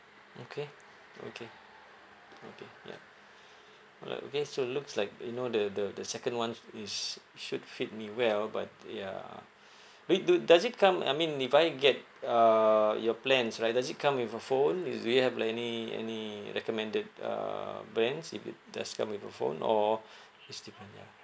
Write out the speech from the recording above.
okay okay okay ya all right okay so looks like you know the the the second one is should fit me well but ya but it do does it come I mean if I get uh your plans right does it come with a phone is do you have like any any recommended uh brands if it that's come with a phone or is depend ya